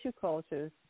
cultures